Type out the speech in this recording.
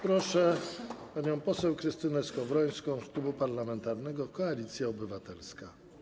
Proszę panią poseł Krystynę Skowrońską z Klubu Parlamentarnego Koalicja Obywatelska.